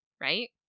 right